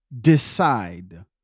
decide